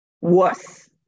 worse